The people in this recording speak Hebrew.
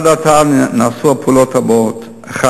עד עתה נעשו הפעולות הבאות: א.